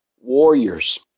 Warriors